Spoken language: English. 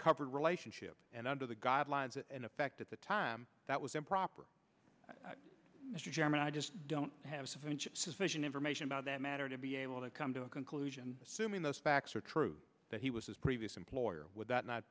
covered relationship and under the guise lives in effect at the time that was improper mr chairman i just don't have sufficient information about that matter to be able to come to a conclusion assuming those facts are true that he was his previous employer would that not